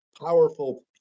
powerful